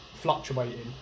fluctuating